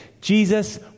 Jesus